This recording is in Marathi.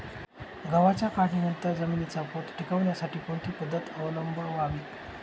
गव्हाच्या काढणीनंतर जमिनीचा पोत टिकवण्यासाठी कोणती पद्धत अवलंबवावी?